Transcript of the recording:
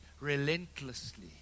relentlessly